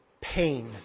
pain